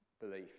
belief